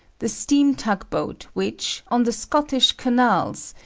the steam tug-boat which, on the scottish canals,